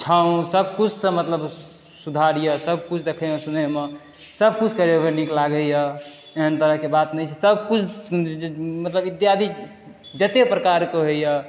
छाँव सब कुछसऽ मतलब सुधार यऽ सब कुछ देखैमे सुनैमे सब कुछ करैमे नीक लागैए एहन तरहके बात नै छै सब कुछ जे मतलब इत्यादि जत्ते प्रकारके होइए